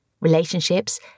relationships